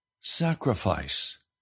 sacrifice